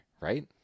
right